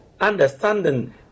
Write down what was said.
understanding